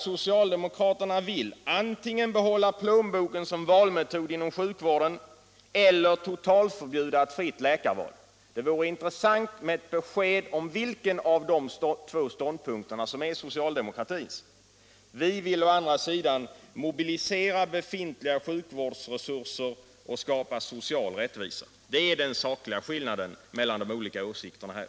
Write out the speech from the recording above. Socialdemokraterna vill antingen behålla plånboken som valmetod inom sjukvården eller totalförbjuda ett fritt läkarval. Det vore intressant att få ett besked om vilken av dessa två ståndpunkter som är socialdemokratins. Vi vill å andra sidan mobilisera befintliga sjukvårdsresurser och skapa social rättvisa. Det är den sakliga skillnaden mellan de två olika åsikterna här.